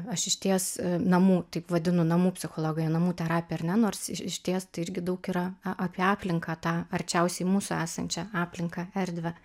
aš išties namų taip vadinu namų psichologija namų terapiją ar ne nors iš išties tai irgi daug yra apie aplinką tą arčiausiai mūsų esančią aplinką erdvę